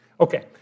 Okay